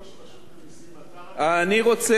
אתה, אני רוצה, חבר הכנסת בר-און.